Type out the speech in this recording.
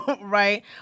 Right